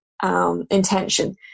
Intention